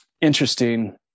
interesting